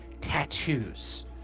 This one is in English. tattoos